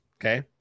Okay